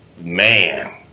man